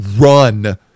run